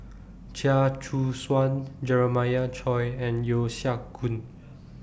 Chia Choo Suan Jeremiah Choy and Yeo Siak Goon